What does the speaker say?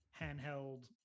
handheld